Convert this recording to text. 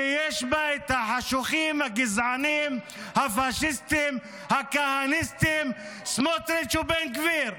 שיש בה החשוכים הגזענים הפשיסטים הכהניסטים סמוטריץ' ובן גביר.